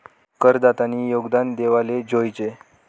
करदातानी योगदान देवाले जोयजे